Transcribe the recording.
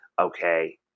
okay